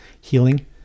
healing